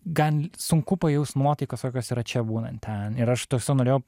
gan sunku pajaust nuotaikas kokios yra čia būnant ten ir aš ta prasme norėjau